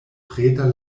preter